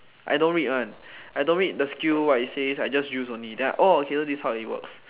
I don't read one I don't read the skill what it says I just use only then orh okay this is how it works